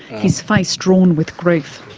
his face drawn with grief.